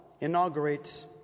inaugurates